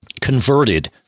converted